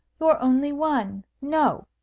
you are only one. no!